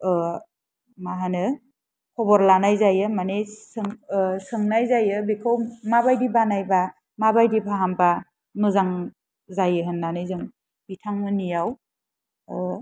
मा होनो खबर लानाय जायो माने सों सोंनाय जायो बेखौ माबायदि बानायबा माबायदि फाहाम्बा मोजां जायो होन्नानै जों बिथांमोननियाव